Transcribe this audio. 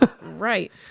Right